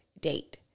date